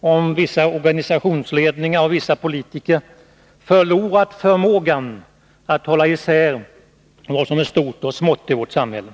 om våra organisationsledningar och vissa politiker har förlorat förmågan att hålla isär vad som är stort och smått i vårt samhälle.